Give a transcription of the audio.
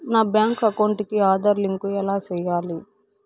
నా bank account కి Aadhaar link ఎలా సేయాలి